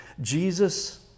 Jesus